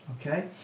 Okay